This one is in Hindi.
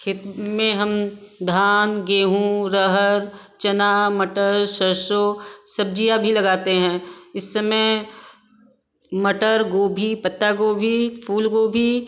खेत में हम धान गेहूँ अरहर चना मटर सरसों सब्ज़ियाँ भी लगाते हैं इस समय मटर गोभी पत्तागोभी फूलगोभी